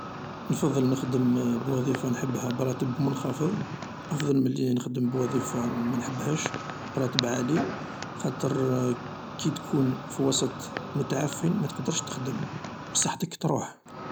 .نفضل نخدم بوظيفة نحبها براتب منخفض أفضل ملي نخدم بوظيفة ما نحبهاش براتب عالي ، خاطر كي تكون في وسط متعفن متقدرش تخدم و صحتك تروح